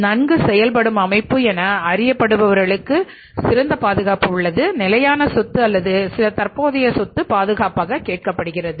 நன்கு செயல்படும் அமைப்பு என அறியப்படுபவர்களுக்கு சிறந்த பாதுகாப்பு உள்ளது நிலையான சொத்து அல்லது சில தற்போதைய சொத்து பாதுகாப்பாக கேட்கப்படுகிறது